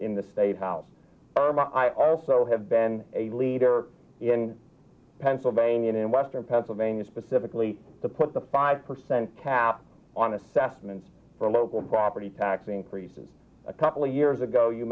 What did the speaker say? in the state house i also have been a leader in pennsylvania in western pennsylvania specifically to put the five percent cap on assessments for local property tax increases a couple of years ago you